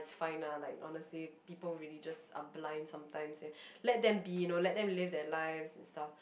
fine lah like honestly people really just are blind sometimes let them be let them live their lives and stuff